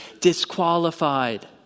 disqualified